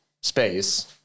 space